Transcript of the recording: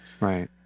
right